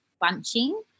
bunching